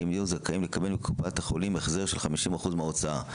הם יהיו זכאים לקבל מקופת החולים החזר של 50% מההוצאה.